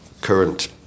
current